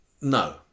No